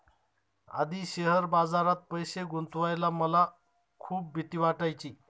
आधी शेअर बाजारात पैसे गुंतवायला मला खूप भीती वाटायची